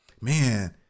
man